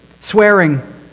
swearing